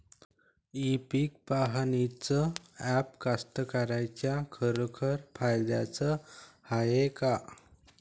इ पीक पहानीचं ॲप कास्तकाराइच्या खरोखर फायद्याचं हाये का?